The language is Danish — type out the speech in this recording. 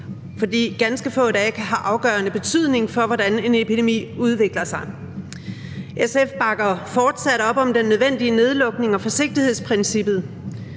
for ganske få dage kan have afgørende betydning for, hvordan en epidemi udvikler sig. SF bakker fortsat op om den nødvendige nedlukning og om forsigtighedsprincippet.